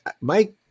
Mike